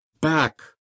Back